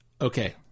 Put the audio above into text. Okay